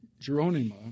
Geronima